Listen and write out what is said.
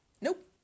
Nope